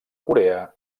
corea